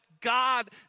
God